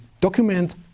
document